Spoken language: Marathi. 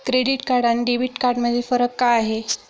क्रेडिट कार्ड आणि डेबिट कार्डमधील फरक काय आहे?